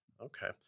Okay